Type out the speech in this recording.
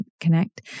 connect